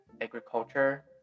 agriculture